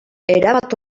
erabat